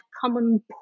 common